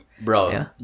Bro